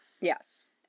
yes